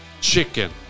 chicken